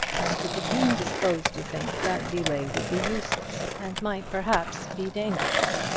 and he became disposed to think that delay would be useless, and might perhaps be dangerous.